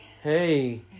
Hey